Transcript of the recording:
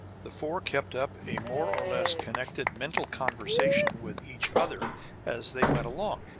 the four kept up a more or less connected mental conversation with each other as they went along,